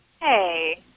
Hey